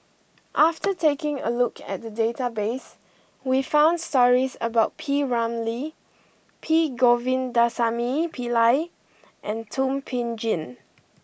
after taking a look at the database we found stories about P Ramlee P Govindasamy Pillai and Thum Ping Tjin